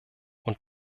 und